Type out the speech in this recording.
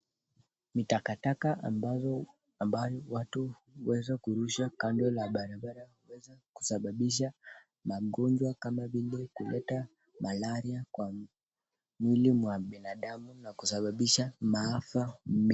Ni takataka ambazo watu huweza kurusha kando ya barabara, na huweza kusababisha magonjwa kama vile kuleta malaria kwa mwili ya binadamu na kusababisha maafa mingi.